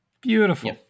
Beautiful